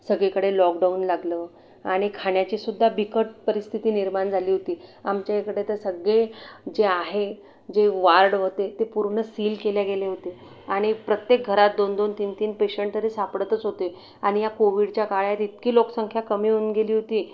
सगळीकडे लॉकडाऊन लागलं आणि खाण्याचीसुद्धा बिकट परिस्थिती निर्माण झाली होती आमच्या इकडे तर सगळे जे आहे जे वॉर्ड होते ते पूर्ण सील केले गेले होते आणि प्रत्येक घरात दोन दोन तीन तीन पेशंट तरी सापडतच होते आणि या कोविडच्या काळात इतकी लोकसंख्या कमी होऊन गेली होती